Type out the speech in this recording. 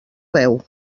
veu